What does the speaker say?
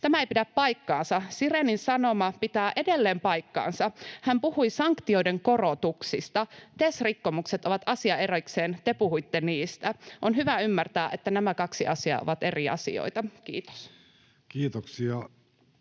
Tämä ei pidä paikkaansa. Sirénin sanoma pitää edelleen paikkansa, hän puhui sanktioiden korotuksista. TES-rikkomukset ovat asia erikseen, te puhuitte niistä. On hyvä ymmärtää, että nämä kaksi asiaa ovat eri asioita. — Kiitos.